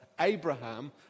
Abraham